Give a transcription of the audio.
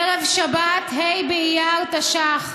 ערב שבת, ה' אייר תש"ח,